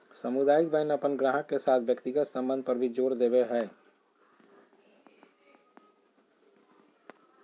सामुदायिक बैंक अपन गाहक के साथ व्यक्तिगत संबंध पर भी जोर देवो हय